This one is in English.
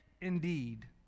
indeed